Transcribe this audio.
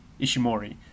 Ishimori